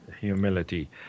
humility